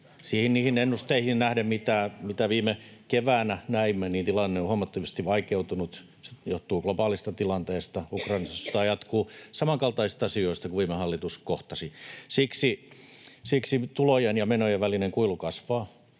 Niihin ennusteisiin nähden, mitä viime keväänä näimme, tilanne on huomattavasti vaikeutunut. Se johtuu globaalista tilanteesta, Ukrainassa sota jatkuu, samankaltaisista asioista kuin viime hallitus kohtasi. Siksi tulojen ja menojen välinen kuilu kasvaa.